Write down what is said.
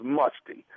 musty